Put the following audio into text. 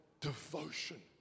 devotion